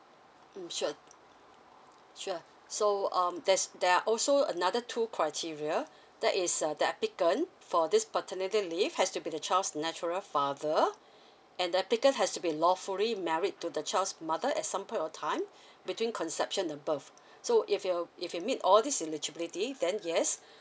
mm sure sure so um there's there are also another two criteria that is err the applicant for this paternity leave has to be the child's natural father and the applicant has to be lawfully married to the child's mother at some point of time between conception or birth so if you're if you meet all these eligibility then yes